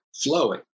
flowing